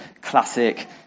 classic